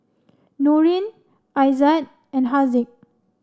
Nurin Aizat and Haziq